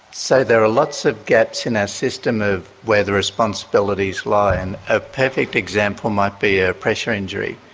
so there are lots of gaps in our system of where the responsibilities lie. and a perfect example might be a pressure injury.